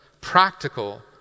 practical